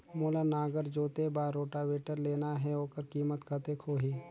मोला नागर जोते बार रोटावेटर लेना हे ओकर कीमत कतेक होही?